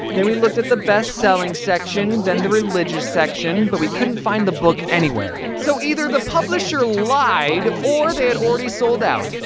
then we looked at the best-selling section then the religious section, but we couldn't find the book anywhere. so either the publisher lied, or they had already sold out,